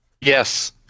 Yes